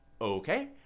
okay